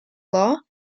law